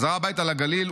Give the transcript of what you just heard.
הביתה לגליל,